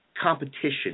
competition